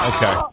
Okay